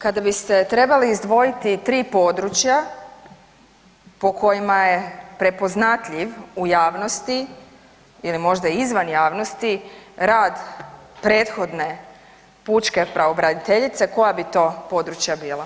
Kada biste trebali izdvojiti 3 područja po kojima je prepoznatljiv u javnosti ili možda izvan javnosti rad prethodne pučke pravobraniteljice koja bi to područja bila?